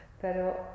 Pero